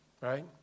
right